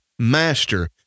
master